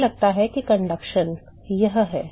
मुझे लगता है कि चालन यह है